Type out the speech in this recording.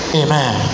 amen